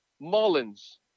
Mullins